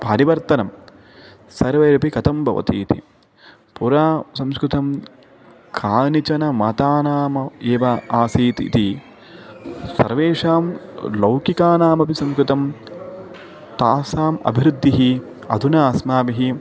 परिवर्तनं सर्वैरपि कथं भवति इति पुरा संस्कृतं कानिचन मतानाम् एव आसीत् इति सर्वेषां लौकिकानामपि संस्कृतं तासाम् अभिवृद्धिः अधुना अस्माभिः